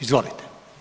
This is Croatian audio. Izvolite.